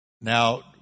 Now